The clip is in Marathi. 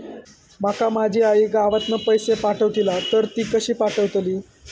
माका माझी आई गावातना पैसे पाठवतीला तर ती कशी पाठवतली?